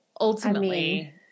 Ultimately –